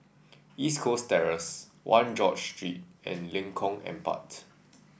East Coast Terrace One George Street and Lengkong Empat